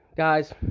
guys